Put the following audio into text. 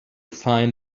find